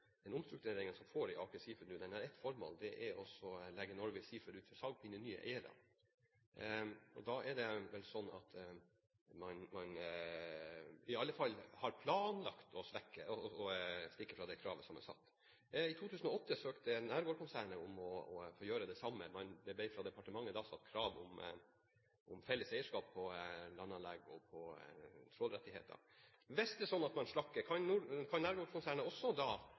den omstruktureringen som foregår i Aker Seafoods nå, har ett formål, og det er å legge Norway Seafoods ut for salg og finne nye eiere. Da er det vel slik at man i alle fall har planlagt å stikke fra det kravet som er satt. I 2008 søkte Nergård-konsernet om å få gjøre det samme. Da ble det fra departementet satt krav om felles eierskap på landanlegg og trålrettigheter. Hvis det er sånn at man slakker, kan Nergård-konsernet også da